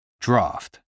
draft